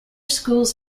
schools